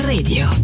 Radio